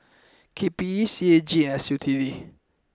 K P E C A G and S U T D